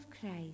Christ